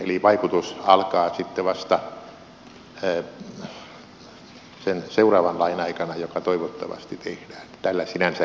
eli vaikutus alkaa sitten vasta sen seuraavan lain aikana joka toivottavasti tehdään